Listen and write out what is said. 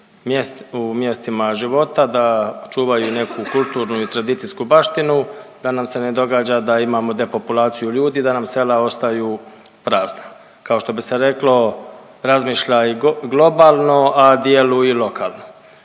u mjestima života, da čuvaju neku kulturnu i tradicijsku baštinu, da nam se ne događa da imamo depopulaciju ljudi da nam sela ostaju prazna. Kao što bi se reklo razmišljaj globalno, a djeluj lokalno.